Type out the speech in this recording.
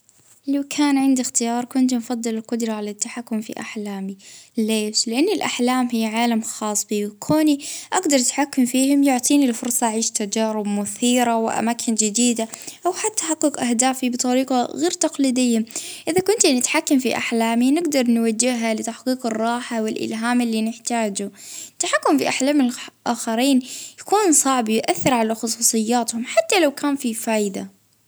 أ نختار أنه نتحكم في أحلامي، باش نجدر نعيش مغامرات ونتحكم في اللاوعي.